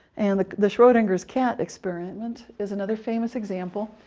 and the the schrodinger's cat experiment is another famous example